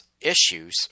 issues